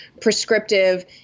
prescriptive